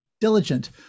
diligent